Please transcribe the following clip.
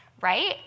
right